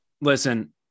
listen